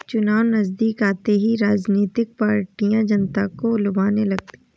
चुनाव नजदीक आते ही राजनीतिक पार्टियां जनता को लुभाने लगती है